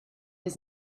his